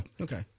Okay